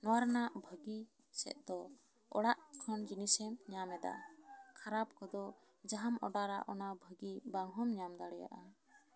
ᱱᱚᱶᱟ ᱨᱮᱱᱟᱜ ᱵᱷᱟᱹᱜᱤ ᱥᱮᱫ ᱫᱚ ᱚᱲᱟᱜ ᱠᱷᱚᱱ ᱡᱤᱱᱤᱥ ᱮᱢ ᱧᱟᱢ ᱮᱫᱟ ᱠᱷᱟᱨᱟᱵ ᱠᱚᱫᱚ ᱡᱟᱦᱟᱸᱢ ᱚᱰᱟᱨᱟ ᱚᱱᱟ ᱵᱷᱟᱹᱜᱤ ᱵᱟᱝ ᱦᱚᱢ ᱧᱟᱢ ᱫᱟᱲᱮᱭᱟᱜᱼᱟ